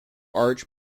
arch